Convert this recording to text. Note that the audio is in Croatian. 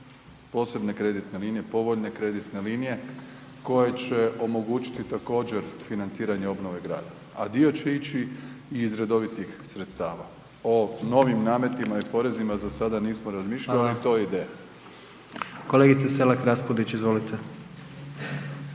posebne kreditne linije, povoljne kreditne linije koje će omogućiti također financiranje obnove grada, a dio će ići iz redovitih sredstava. O novim nametima i porezima za sada nismo razmišljali …/Upadica: Hvala./… ali i to je